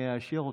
אני אאשר אותה.